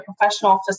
professional